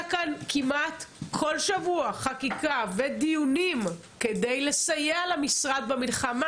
כאן כמעט כל שבוע חקיקה ודיונים כדי לסייע למשרד במלחמה,